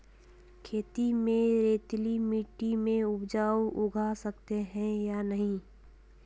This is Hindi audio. खेत में रेतीली मिटी में उपज उगा सकते हैं या नहीं?